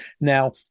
Now